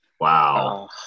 Wow